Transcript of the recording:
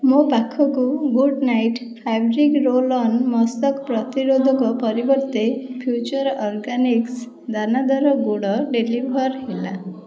ମୋ ପାଖକୁ Good Knight fabric roll on ମଶକ ପ୍ରତିରୋଧକ ପରିବର୍ତ୍ତେ ଫ୍ୟୁଚର୍ ଅର୍ଗାନିକ୍ସ ଦାନାଦାର ଗୁଡ଼ ଡେଲିଭର୍ ହେଲା